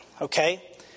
okay